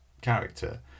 character